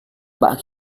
pak